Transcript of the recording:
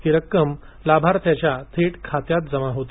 ही रक्कम लाभार्थ्याच्या थेट खात्यात जमा होते